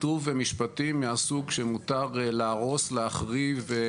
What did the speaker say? ומשפטים מהסוג שמותר להרוס, להחריב.